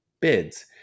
bids